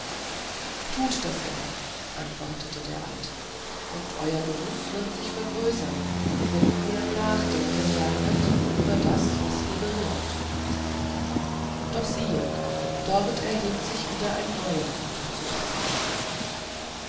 tuet das immer antwortete der alte und euer genuß wird sich vergrößern wenn ihr nachdenken lernet über das was ihr gehört doch siehe dort erhebt sich wieder ein neuer um zu erzählen